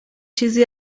چیزی